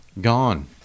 Gone